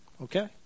Okay